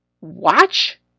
watch